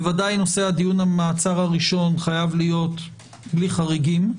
ודאי נושא דיון המעצר הראשון חייב להיות בלי חריגים,